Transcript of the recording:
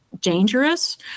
dangerous